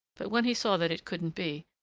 but when he saw that it couldn't be,